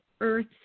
earth